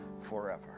forever